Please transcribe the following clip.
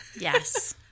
Yes